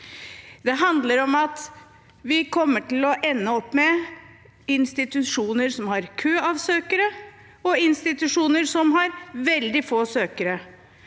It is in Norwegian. Det handler om at vi kommer til å ende opp med institusjoner som har kø av søkere, og institusjoner som har veldig få søkere.